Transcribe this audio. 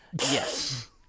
Yes